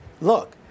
look